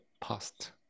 past